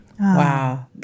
Wow